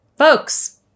Folks